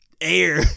Air